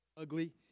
ugly